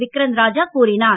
விக்ரந்த் ராஜா கூறினார்